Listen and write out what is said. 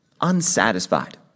unsatisfied